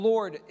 Lord